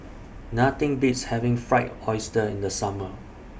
Nothing Beats having Fried Oyster in The Summer